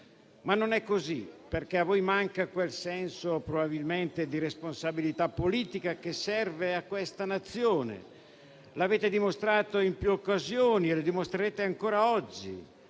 Non è così. A voi manca quel senso probabilmente di responsabilità politica che serve alla Nazione, come avete dimostrato in più occasioni e dimostrerete ancora oggi.